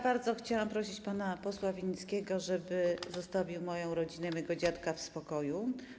Bardzo chciałam prosić pana posła Winnickiego, żeby zostawił moją rodzinę, mojego dziadka w spokoju.